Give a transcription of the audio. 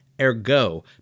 Ergo